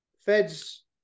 Feds